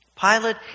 Pilate